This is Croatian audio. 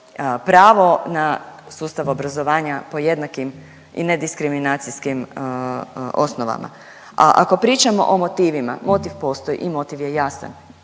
pravo na sustav obrazovanja po jednakim i nediskriminacijskim osnovama. A ako pričamo o motovima, motiv postoji i motiv je jasan.